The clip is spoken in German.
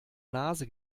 nase